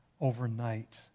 overnight